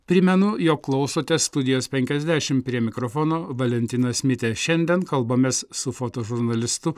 primenu jog klausote studijos penkiasdešim prie mikrofono valentinas mitė šiandien kalbamės su fotožurnalistu